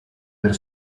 del